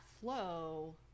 flow